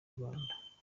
rwanda